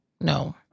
No